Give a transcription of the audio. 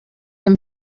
him